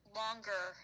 longer